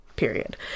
period